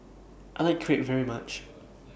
I like Crepe very much